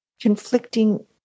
conflicting